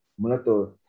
Mulato